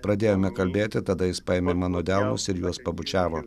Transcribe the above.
pradėjome kalbėti tada jis paėmė mano delnus ir juos pabučiavo